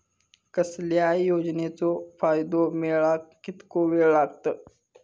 कसल्याय योजनेचो फायदो मेळाक कितको वेळ लागत?